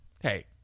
hey